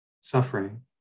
suffering